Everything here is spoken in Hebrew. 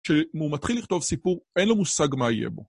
כשהוא מתחיל לכתוב סיפור, אין לו מושג מה יהיה בו.